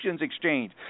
exchange